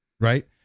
right